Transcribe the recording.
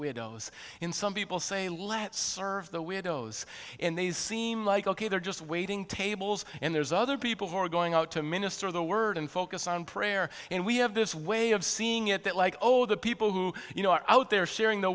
widows in some people say let's serve the widows and they seem like ok they're just waiting tables and there's other people who are going out to minister the word and focus on prayer and we have this way of seeing it that like oh the people who you know are out there sharing the